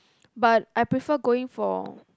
but I prefer going for